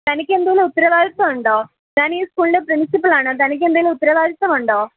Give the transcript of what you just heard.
തനിക്കെന്തെങ്കിലും ഉത്തരവാദിത്ത്വമുണ്ടോ ഞാനീ സ്കൂളിൽ പ്രിൻസിപ്പളാണ് തനിക്കെന്തെങ്കിലും ഉത്തരവാദിത്ത്വമുണ്ടോ